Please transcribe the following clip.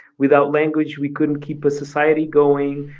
without language, we couldn't keep a society going.